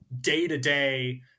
day-to-day